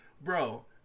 Bro